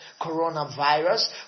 Coronavirus